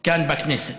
כאן בכנסת.